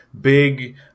big